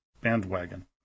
bandwagon